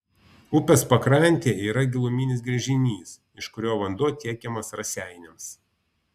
upės pakrantėje yra giluminis gręžinys iš kurio vanduo tiekiamas raseiniams